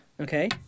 Okay